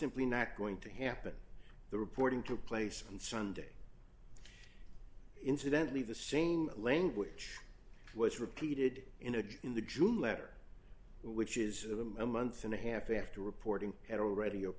simply not going to happen the reporting took place on sunday incidentally the same language was repeated in again in the june letter which is a month and a half after reporting had already